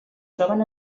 troben